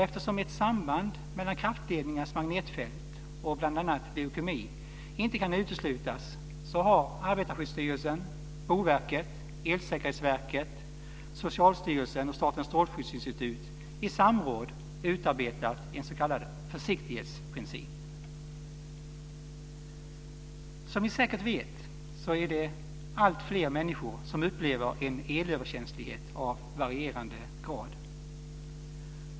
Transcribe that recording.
Eftersom ett samband mellan kraftledningars magnetfält och bl.a. leukemi inte kan uteslutas har Arbetarskyddsstyrelsen, Boverket, Elsäkerhetsverket, Socialstyrelsen och Statens strålskyddsinstitut i samråd utarbetat en s.k. försiktighetsprincip. Som ni säkert vet upplever alltfler människor elöverkänslighet i varierande grad.